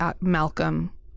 Malcolm